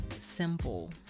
simple